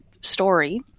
story